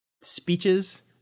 speeches